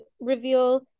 reveal